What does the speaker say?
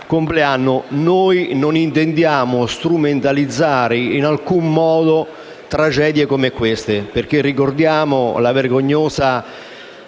noi non intendiamo strumentalizzare in alcun modo tragedie come queste. Ricordiamo la vergognosa